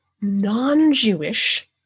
non-Jewish